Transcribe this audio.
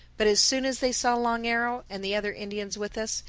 but as soon as they saw long arrow and the other indians with us,